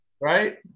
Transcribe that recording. Right